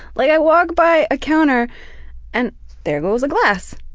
like i walk by a counter and there goes a glass.